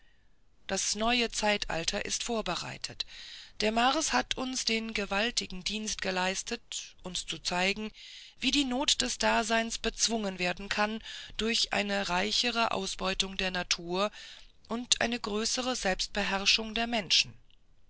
das neue zeitalter ist vorbereitet der mars hat uns den gewaltigen dienst geleistet uns zu zeigen wie die not des daseins bezwungen werden kann durch eine reichere ausbeutung der natur und eine größere selbstbeherrschung der menschen